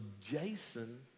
Jason